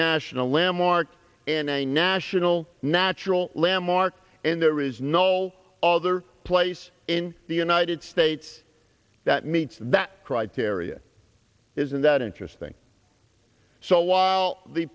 national landmark and a national natural landmark and there is no other place in the united states that meets that criteria isn't that interesting so while the